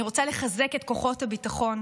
אני רוצה לחזק את כוחות הביטחון,